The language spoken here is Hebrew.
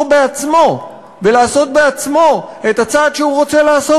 בעצמו ולעשות בעצמו את הצעד שהוא רוצה לעשות.